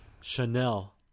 Chanel